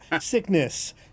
sickness